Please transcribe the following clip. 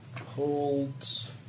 Holds